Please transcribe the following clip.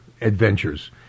adventures